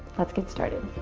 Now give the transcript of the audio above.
let's get started.